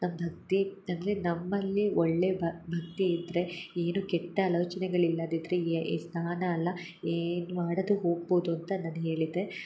ನಮ್ಮ ಭಕ್ತಿ ಅಂದರೆ ನಮ್ಮಲ್ಲಿ ಒಳ್ಳೆಯ ಭಕ್ತಿ ಇದ್ದರೆ ಏನೂ ಕೆಟ್ಟ ಆಲೋಚನೆಗಳು ಇಲ್ಲದಿದ್ದರೆ ಏ ಏ ಸ್ನಾನ ಅಲ್ಲ ಏನು ಮಾಡದು ಹೋಗ್ಬೋದು ಅಂತ ನಾನು ಹೇಳಿದ್ದೆ